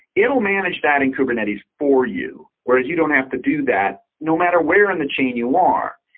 it will manage that in kubernetes for you, whereas you don't have to do that no matter where in the chain you are.